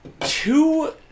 two